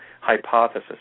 hypothesis